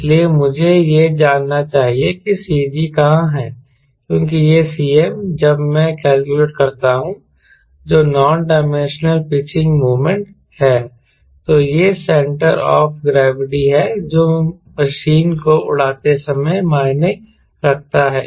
इसलिए मुझे यह जानना चाहिए कि CG कहां है क्योंकि यह Cm जब मैं कैलकुलेट करता हूं जो नॉन डाइमेंशनलाइज्ड पिचिंग मोमेंट है तो यह सेंटर ऑफ ग्रेविटी है जो मशीन को उड़ते समय मायने रखता है